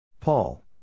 Paul